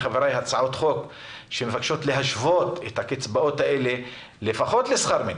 הצעות חוק שמבקשות להשוות את הקצבאות האלה לפחות לשכר מינימום,